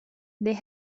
they